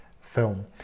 film